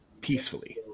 peacefully